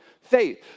faith